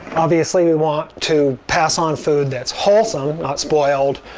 obviously, we want to pass on food that's wholesome, not spoiled,